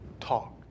talk